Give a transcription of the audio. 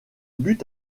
but